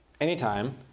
anytime